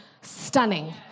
stunning